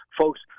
folks